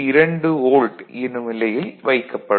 2 volt எனும் நிலையில் வைக்கப்படும்